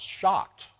shocked